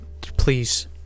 Please